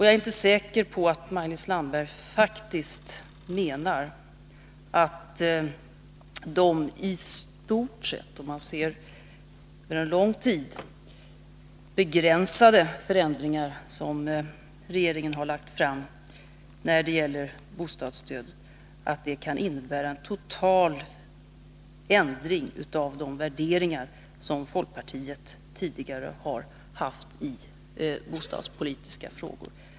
Jag är inte säker på att Maj-Lis Landberg faktiskt menar att de i stort sett — om man ser det under en längre tid — begränsade förändringar som regeringen har föreslagit när det gäller bostadsstödet innebär en total ändring av folkpartiets värderingar i bostadspolitiska frågor.